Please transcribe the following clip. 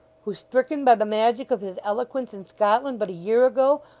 who, stricken by the magic of his eloquence in scotland but a year ago,